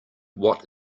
what